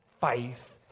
faith